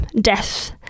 death